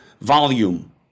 volume